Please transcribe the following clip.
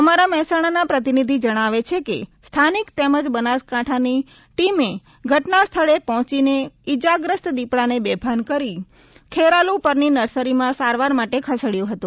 અમારા મહેસાણાના પ્રતિનિધિ જણાવે છે કે સ્થાનિક તેમજ બનાસકાંઠાની એક ટીમે ઘટના સ્થળે પહોંચી ઇજાગ્રસ્ત દીપડાને બેભાન કરી ખેરાલુ પરની નર્સરીમાં સારવાર માટે ખસેડાયો હતો